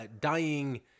dying